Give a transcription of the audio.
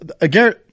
again